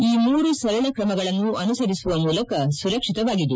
ಈ ಮೂರು ಸರಳ ಕ್ರಮಗಳನ್ನು ಅನುಸರಿಸುವ ಮೂಲಕ ಸುರಕ್ಷಿತವಾಗಿರಿ